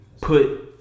put